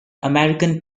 american